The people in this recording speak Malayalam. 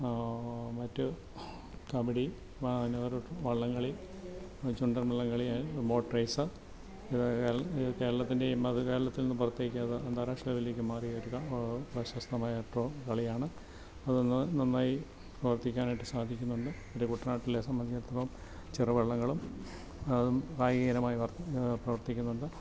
മറ്റ് കബഡി നെഹ്റു വള്ളംകളി ചുണ്ടൻവള്ളംകളി ആൻഡ് കേരത്തിൻ്റെ മധ്യകേരളത്തിൻ്റെ പുറത്തേക്ക് അന്താരാഷ്ട്ര ലെവലിലേക്ക് മാറി പ്രശസ്തമായ ഇപ്പം കളിയാണ് അതൊന്നു നന്നായി പ്രവർത്തിക്കാനായിട്ട് സാധിക്കുമെന്ന് എൻ്റെ കുട്ടനാട്ടിലെ സംബന്ധിച്ചിടത്തോളം ചെറുവള്ളങ്ങളും അതും ഭാഗികരമായി പ്രവർത്തിക്കുന്നുണ്ട്